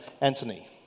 Anthony